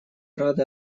рады